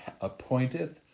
appointed